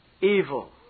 evil